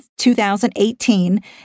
2018